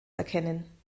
erkennen